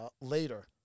later